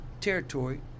territory